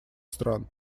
стран